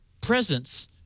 presence